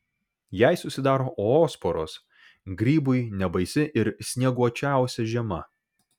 jei susidaro oosporos grybui nebaisi ir snieguočiausia žiema